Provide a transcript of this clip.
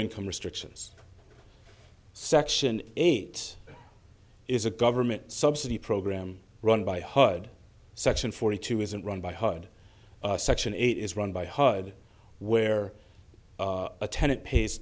income restrictions section eight is a government subsidy program run by hud section forty two isn't run by her and section eight is run by hard where a tenant pays